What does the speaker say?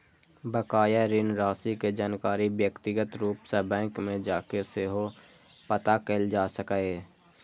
बकाया ऋण राशि के जानकारी व्यक्तिगत रूप सं बैंक मे जाके सेहो पता कैल जा सकैए